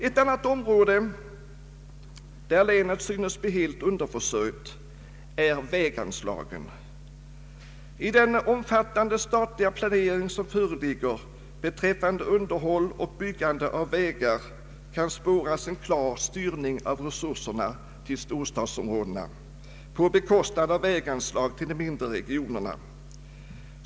Ett annat område, där Kristianstads län synes bli helt underförsörjt, är väganslagen. I den omfattande statliga planering som föreligger beträffande underhåll och byggande av vägar kan spåras en klar styrning av resurserna till storstadsområdena på bekostnad av väganslag till de mindre regionerna.